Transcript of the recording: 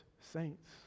saints